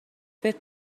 فکر